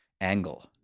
angle